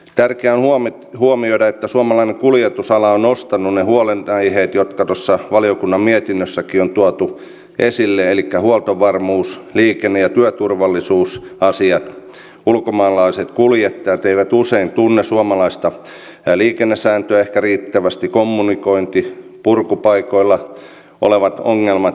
tärkeää on huomioida että suomalainen kuljetusala on nostanut ne huolenaiheet jotka tuossa valiokunnan mietinnössäkin on tuotu esille elikkä huoltovarmuus liikenne ja työturvallisuusasiat ulkomaalaiset kuljettajat eivät usein tunne suomalaista liikennesääntöä ehkä riittävästi kommunikointi purkupaikoilla olevat ongelmat etc